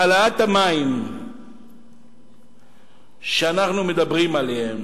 העלאת מחיר המים שאנחנו מדברים עליה,